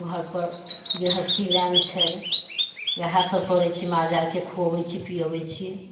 घरपर गृहस्थी लाइन छै उएहसभ करैत छी माल जालकेँ खुअबैत छी पियबैत छी